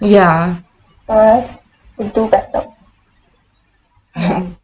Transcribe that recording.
ya